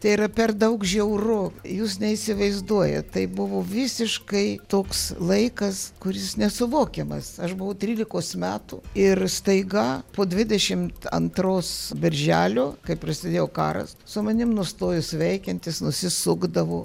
tai yra per daug žiauru jūs neįsivaizduojat tai buvo visiškai toks laikas kuris nesuvokiamas aš buvau trylikos metų ir staiga po dvidešimt antros birželio kai prasidėjo karas su manim nustojo sveikintis nusisukdavo